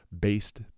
based